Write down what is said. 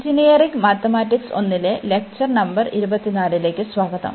engineering mathematics 1 ലെ lecture number 24ലേക്ക് സ്വാഗതം